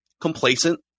complacent